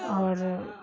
اور